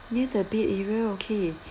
near the bed area okay